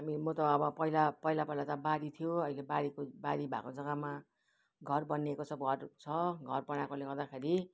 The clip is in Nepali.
हामी म त अब पहिला पहिला पहिला त बारी थियो अहिले बारी बारी भएको जग्गामा घर बनिएको छ घर छ घर बनाएकोले गर्दाखेरि